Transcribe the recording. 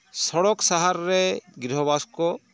ᱥᱚᱲᱚᱠ ᱥᱟᱦᱟᱨ ᱨᱮ ᱜᱨᱤᱦᱚᱵᱟᱥ ᱠᱚ